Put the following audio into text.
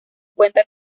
cuenta